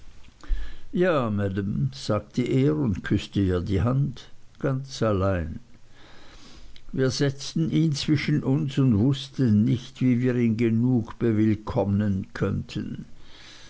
ja maam sagte er und küßte ihr die hand ganz allein wir setzten ihn zwischen uns und wußten nicht wie wir ihn genug bewillkommnen könnten